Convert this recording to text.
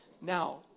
Now